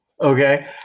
Okay